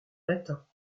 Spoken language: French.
latins